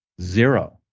zero